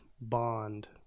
bond